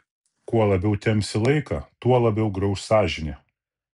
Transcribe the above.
kuo labiau tempsi laiką tuo labiau grauš sąžinė